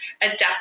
Adapt